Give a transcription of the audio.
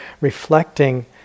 reflecting